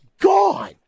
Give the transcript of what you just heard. gone